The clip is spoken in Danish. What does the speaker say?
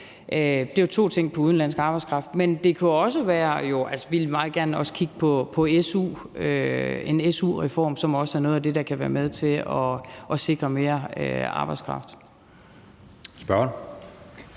Det var to ting vedrørende udenlandsk arbejdskraft. Men vi vil også meget gerne kigge på en su-reform, som også er noget af det, der kan være med til at sikre mere arbejdskraft.